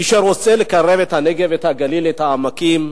מי שרוצה לקרב את הנגב, את הגליל, את העמקים,